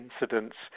incidents